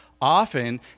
Often